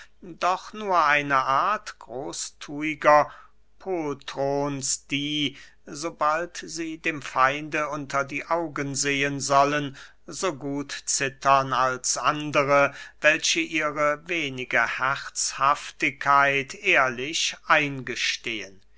doch nur eine art großthuiger poltrons die sobald sie dem feinde unter die augen sehen sollen so gut zittern als andere welche ihre wenige herzhaftigkeit ehrlich eingestehen